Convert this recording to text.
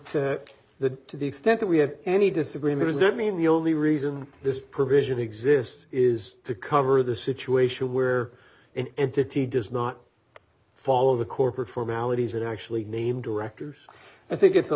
to the to the extent that we have any disagreement is that mean the only reason this provision exists is to cover the situation where an entity does not follow the corporate formalities and actually name directors i think it's a